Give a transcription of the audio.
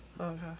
Okay